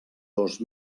dos